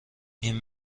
این